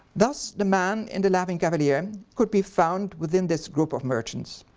thus the man in the laughing cavalier could be found within this group of merchants.